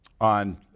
on